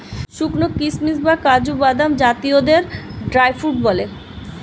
শুকানো কিশমিশ বা কাজু বাদাম জাতীয়দের ড্রাই ফ্রুট বলে